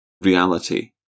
reality